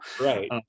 Right